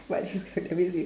but this card that means you